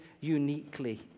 uniquely